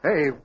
Hey